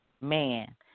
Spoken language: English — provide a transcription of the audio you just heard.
man